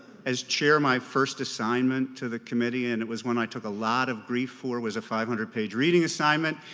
as chair, my first assignment to the committee and it was one i took a lot of grief for was a five hundred page reading assignment,